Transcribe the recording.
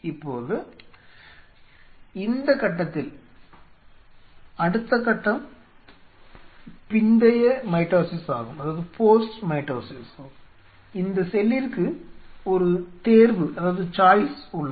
இப்போது இந்த கட்டத்தில் அடுத்த கட்டம் பிந்தைய மைட்டோசிஸ் ஆகும் இந்த செல்லிற்கு ஒரு தேர்வு உள்ளது